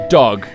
dog